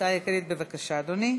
להצעה העיקרית, בבקשה, אדוני.